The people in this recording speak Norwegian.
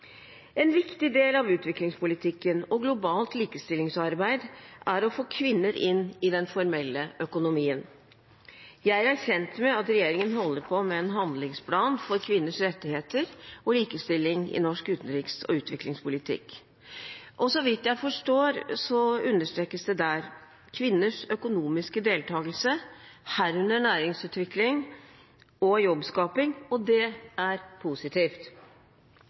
En viktig del av utviklingspolitikken – og globalt likestillingsarbeid – er å få kvinner inn i den formelle økonomien. Jeg er kjent med at regjeringen holder på med en handlingsplan for kvinners rettigheter og likestilling i norsk utenriks- og utviklingspolitikk. Så vidt jeg forstår, understrekes der kvinners økonomiske deltagelse, herunder næringsutvikling og jobbskaping. Det er positivt.